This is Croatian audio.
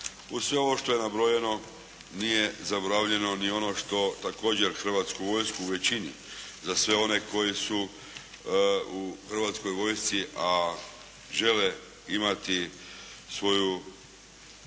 Uz sve ovo što je nabrojeno nije zaboravljeno ni ono što također Hrvatsku vojsku u većini za sve one koji su u Hrvatskoj vojsci a žele imati svoje